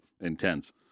intense